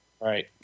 right